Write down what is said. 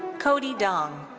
cody dong.